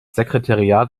sekretariat